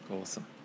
Awesome